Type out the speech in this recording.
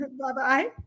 Bye-bye